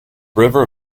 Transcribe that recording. river